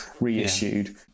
reissued